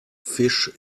fish